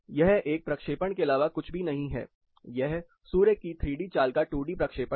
यह एक प्रक्षेपण के अलावा कुछ भी नहीं है यह सूर्य की 3 D चाल का 2 D प्रक्षेपण है